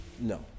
No